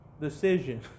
decision